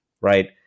right